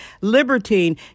libertine